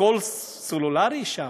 הכול סלולרי שם,